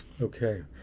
Okay